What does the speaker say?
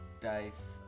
dice